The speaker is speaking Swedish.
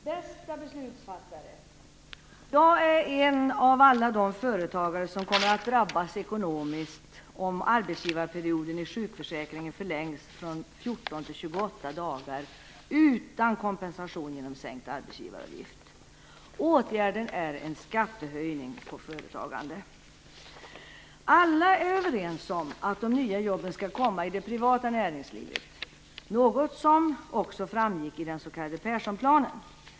Fru talman! "Bästa beslutsfattare! Jag är en av alla de företagare som kommer att drabbas ekonomiskt om arbetsgivarperioden i sjukförsäkringen förlängs från Alla är överens om att de nya jobben ska komma i det privata näringslivet - något som också framgick i den s.k. Persson-planen.